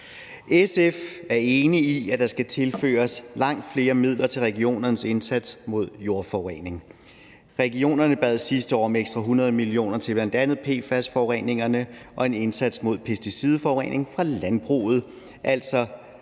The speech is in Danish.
SF er enig i, at der skal tilføres langt flere midler til regionernes indsats mod jordforurening. Regionerne bad sidste år om ekstra 100 mio. kr. til bl.a. PFAS-forureningerne og en indsats mod pesticidforurening fra landbruget, altså